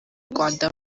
rwanda